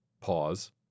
Pause